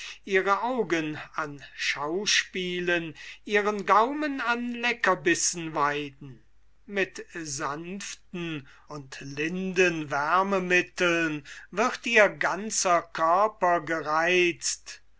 ihre augen an schauspielen ihren gaumen an leckerbissen weiden mit sanften und linden wärmemitteln wird ihr ganzer körper gereizt